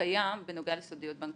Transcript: שקיים בנוגע לסודיות בנקאית.